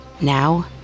Now